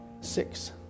six